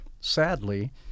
sadly